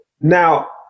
Now